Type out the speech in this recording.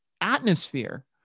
atmosphere